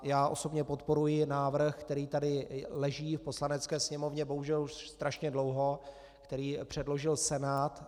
Já osobně podporuji návrh, který tady leží v Poslanecké sněmovně bohužel už strašně dlouho, který předložil Senát.